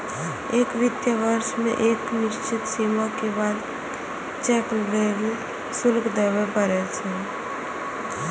एक वित्तीय वर्ष मे एक निश्चित सीमा के बाद चेक लेल शुल्क देबय पड़ै छै